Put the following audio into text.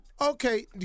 Okay